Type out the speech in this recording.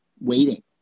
waiting